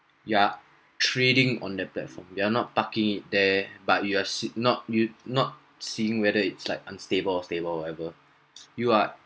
ya trading on that platform they are not parking it there but you are see not you not seeing whether it's like unstable or stable whatever you are